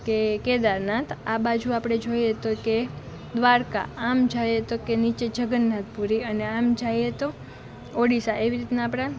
કે કેદારનાથ આ બાજુ આપણે જોઈએ તો કે દ્વારકા આમ જાઈએ તો કે નીચે જગન્નાથપુરી અને આમ જાઈએ તો ઓડિશા એવી રીતનાં આપણાં